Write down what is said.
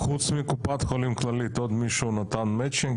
חוץ מקופת חולים כללית עוד מישהו נתן מצ'ינג?